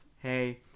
Hey